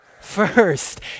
First